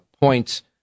points